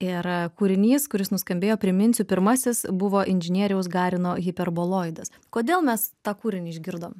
ir kūrinys kuris nuskambėjo priminsiu pirmasis buvo inžinieriaus garino hiperboloidas kodėl mes tą kūrinį išgirdom